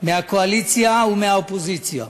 מהקואליציה ומהאופוזיציה,